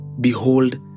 Behold